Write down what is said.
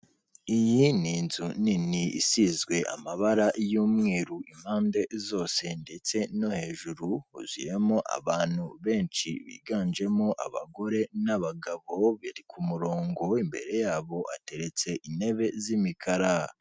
Iyi ni inzu nini isizwe amabara y'umweru impande zose ndetse no hejuru huzuyemo abantu benshi biganjemo abagore n'abagabo bari ku murongo w'imbere yabo hateretse intebe z'imikara.